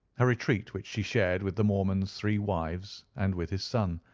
a retreat which she shared with the mormon's three wives and with his son,